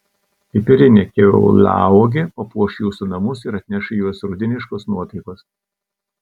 pipirinė kiauliauogė papuoš jūsų namus ir atneš į juos rudeniškos nuotaikos